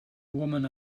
woman